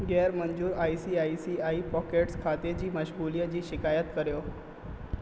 ग़ैर मंज़ूरु आई सी आई सी आई पोकेट्स खाते जी मशगूलीअ जी शिकायत कर्यो